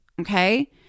Okay